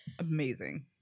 amazing